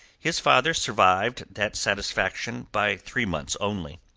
his father survived that satisfaction by three months only.